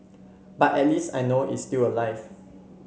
but at least I know is still alive